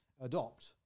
adopt